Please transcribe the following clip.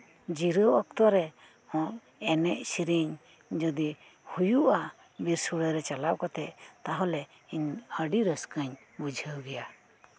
ᱡᱤᱨᱟᱹᱣ ᱚᱠᱛᱚᱨᱮ ᱮᱱᱮᱡ ᱥᱮᱨᱮᱧ ᱡᱚᱫᱤ ᱦᱩᱭᱩᱜᱼᱟ ᱵᱤᱨ ᱥᱳᱲᱮᱨᱮ ᱪᱟᱞᱟᱣ ᱠᱟᱛᱮᱜ ᱛᱟᱦᱞᱮ ᱤᱧ ᱟᱹᱰᱤ ᱨᱟᱹᱥᱠᱟᱹᱧ ᱵᱩᱡᱷᱟᱹᱣ ᱜᱮᱭᱟ